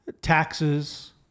taxes